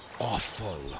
awful